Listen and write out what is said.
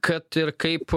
kad ir kaip